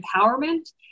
empowerment